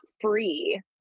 free